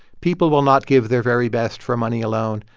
people will not give their very best for money alone.